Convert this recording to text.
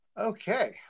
Okay